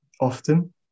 often